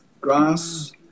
grass